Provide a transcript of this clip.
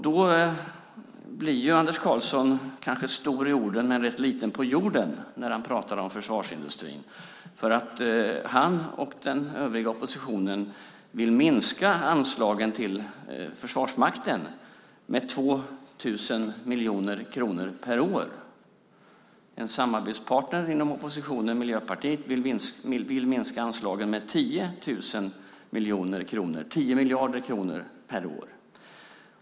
Då blir kanske Anders Karlsson stor i orden men rätt liten på jorden när han pratar om försvarsindustrin, för han och den övriga oppositionen vill minska anslagen till Försvarsmakten med 2 000 miljoner kronor per år. En samarbetspartner inom oppositionen, Miljöpartiet, vill minska anslagen med 10 000 miljoner kronor, 10 miljarder kronor, per år.